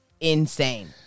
insane